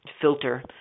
filter